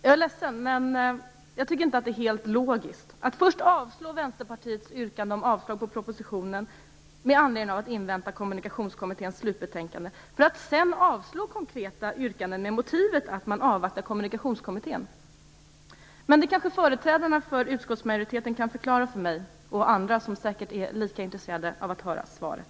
Jag är ledsen, men jag tycker inte att det är helt logiskt att först avslå Vänsterpartiets yrkande om avslag på propositionen av anledningen att man vill invänta Kommunikationskommitténs slutbetänkande för att sedan avslå konkreta yrkanden med motiveringen att man avvaktar Kommunikationskommitténs betänkande. Men detta kanske företrädare för utskottsmajoriteten kan förklara för mig och andra som säkert är lika intresserade av att höra svaret.